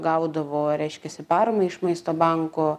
gaudavo reiškiasi paramą iš maisto banko